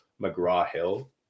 McGraw-Hill